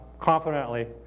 confidently